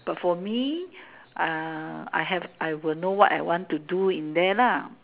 but for me uh I have I would know what I want to do in there lah